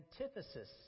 antithesis